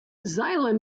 xylem